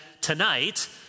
tonight